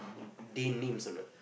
they names or not